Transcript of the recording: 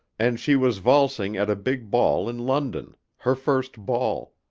and she was valsing at a big ball in london her first ball.